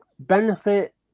benefit